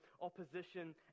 opposition